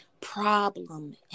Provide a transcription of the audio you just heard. problem